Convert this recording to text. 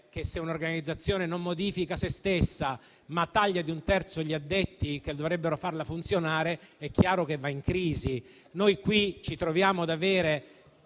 che, se un'organizzazione non modifica sé stessa, ma taglia di un terzo gli addetti che dovrebbero farla funzionare, è chiaro che va in crisi. Si potrebbe dire